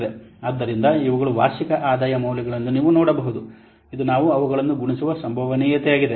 ಆದ್ದರಿಂದ ಇವುಗಳು ವಾರ್ಷಿಕ ಆದಾಯದ ಮೌಲ್ಯಗಳು ಎಂದು ನೀವು ನೋಡಬೇಕು ಇದು ನಾವು ಅವುಗಳನ್ನು ಗುಣಿಸುವ ಸಂಭವನೀಯತೆಯಾಗಿದೆ